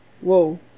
whoa